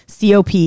COP